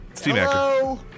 Hello